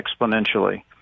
exponentially